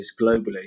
globally